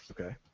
Okay